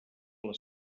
les